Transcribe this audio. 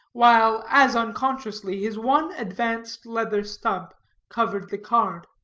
while, as unconsciously, his one advanced leather stump covered the card.